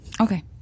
Okay